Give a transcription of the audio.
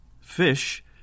fish